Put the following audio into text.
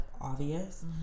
obvious